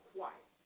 quiet